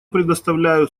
предоставляю